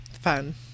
Fun